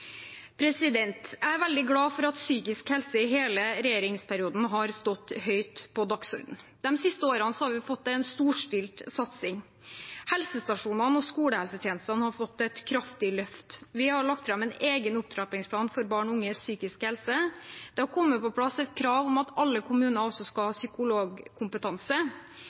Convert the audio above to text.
Jeg er veldig glad for at psykisk helse i hele regjeringsperioden har stått høyt på dagsordenen. De siste årene har vi fått en storstilt satsing. Helsestasjonene og skolehelsetjenestene har fått et kraftig løft. Vi har lagt fram en egen opptrappingsplan for barn og unges psykiske helse. Det er kommet på plass et krav om at alle kommuner også skal ha psykologkompetanse.